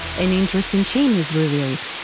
an interesting chain is revealed